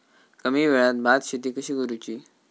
कमी वेळात भात शेती कशी करुची?